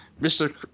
Mr